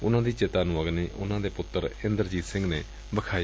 ਉਨੂਾ ਦੀ ਚਿਤਾ ਨੂੰ ਅਗਨੀ ਉਨੂਾ ਦੇ ਪੁੱਤਰ ਇੰਦਰਜੀਤ ਸਿੰਘ ਨੇ ਵਿਖਾਈ